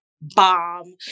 bomb